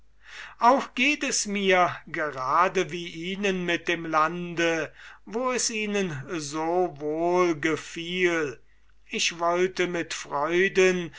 auch geht es mir gerade wie ihnen mit dem lande wo es ihnen so wohl gefiel ich wollte mit freuden